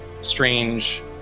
strange